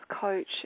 coach